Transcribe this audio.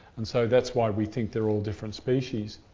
and so that's why we think they're all different species.